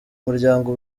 muryango